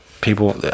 people